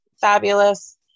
fabulous